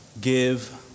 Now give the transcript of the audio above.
give